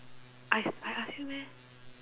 I I ask you meh